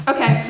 Okay